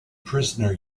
prisoner